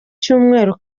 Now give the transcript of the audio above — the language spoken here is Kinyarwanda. cyumweru